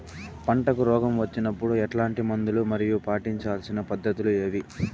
పంటకు రోగం వచ్చినప్పుడు ఎట్లాంటి మందులు మరియు పాటించాల్సిన పద్ధతులు ఏవి?